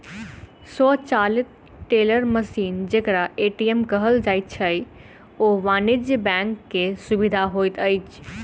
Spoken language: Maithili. स्वचालित टेलर मशीन जेकरा ए.टी.एम कहल जाइत छै, ओ वाणिज्य बैंक के सुविधा होइत अछि